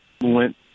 went